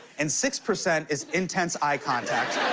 and six percent is intense eye contact.